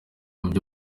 mubyo